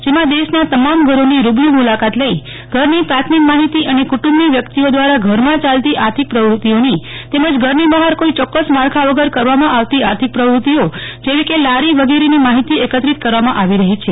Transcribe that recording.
જેમાં દેશના તમામ ઘરોની રૂબરૂ મુલાકાત લઇ ઘરની પ્રાથમિક માહિતી અને કુટુંબની વ્યક્તિઓ દ્વારા ઘરમાં યાલતી આર્થિક પ્રવૃતિઓની તેમજ ઘરની બહાર કોઈ ચોકાસ માળખા વગર કરવામાં આવતી આર્થિક પ્રવૃત્તિઓ જેવી કે લારી વગેરેની માહિતી એકત્ર કરવામાં આવી રહી છે